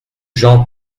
jean